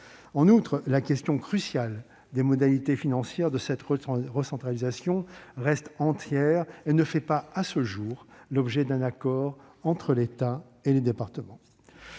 En outre, la question, cruciale, des modalités financières de cette recentralisation reste entière et ne fait pas, à ce jour, l'objet d'un accord entre l'État et les départements.